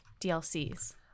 DLCs